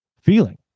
feeling